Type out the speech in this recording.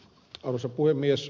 arvoisa puhemies